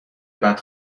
بعد